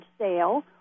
sale